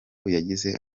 yagize